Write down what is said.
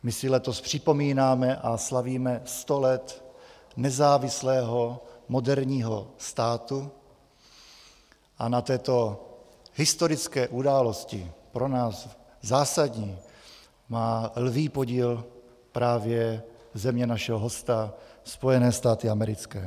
My si letos připomínáme a slavíme sto let nezávislého moderního státu a na této historické události, pro nás zásadní, má lví podíl právě země našeho hosta, Spojené státy americké.